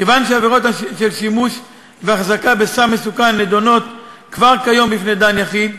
כיוון שעבירות של שימוש והחזקה בסם מסוכן נדונות כבר כיום בפני דן יחיד,